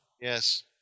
Yes